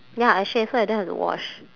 ya I shave so I don't have to wash